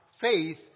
faith